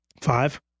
five